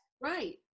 Right